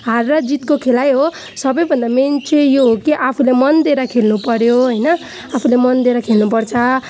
हार र जितको खेल हो सबभन्दा मेन चाहिँ यो हो कि आफूले मन दिएर खेल्नु पऱ्यो होइन आफूले मन दिएर खेल्नु पर्छ